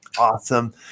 Awesome